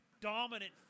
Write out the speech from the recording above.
Dominant